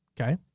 Okay